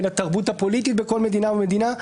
בין התרבות הפוליטית בכל מדינה ומדינה,